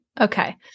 Okay